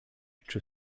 czy